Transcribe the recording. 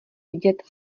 vidět